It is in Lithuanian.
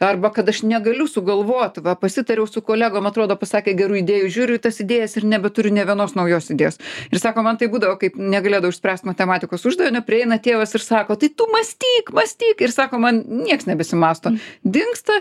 arba kad aš negaliu sugalvot va pasitariau su kolegom atrodo pasakė gerų idėjų žiūriu į tas idėjas ir nebeturi nė vienos naujos idėjos ir sako man taip būdavo kaip negalėdau išspręst matematikos uždavinio prieina tėvas ir sako tai tu mąstyk mąstyk ir sako man nieks nebesimąsto dingsta